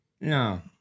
No